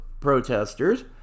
protesters